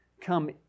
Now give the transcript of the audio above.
come